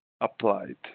applied